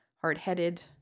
Hard-headed